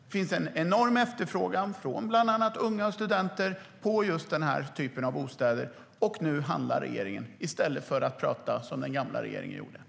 Det finns en enorm efterfrågan från bland annat unga och studenter på just den här typen av bostäder. Nu handlar regeringen i stället för att, som den gamla regeringen gjorde, prata.